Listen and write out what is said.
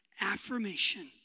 Affirmation